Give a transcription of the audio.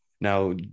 now